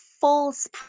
false